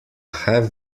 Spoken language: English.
have